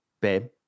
babe